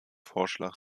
vorschlag